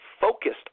focused